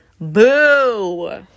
boo